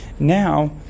Now